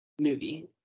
movie